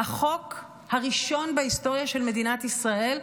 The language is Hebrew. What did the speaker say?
החוק הראשון בהיסטוריה של מדינת ישראל,